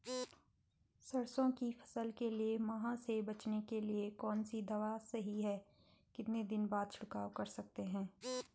सरसों की फसल के लिए माह से बचने के लिए कौन सी दवा सही है कितने दिन बाद छिड़काव कर सकते हैं?